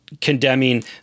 condemning